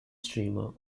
streamer